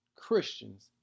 christians